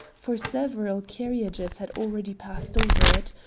for several carriages had already passed over it.